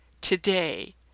today